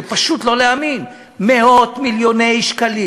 פשוט לא להאמין: מאות-מיליוני שקלים